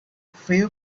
few